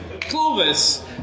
Clovis